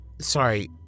sorry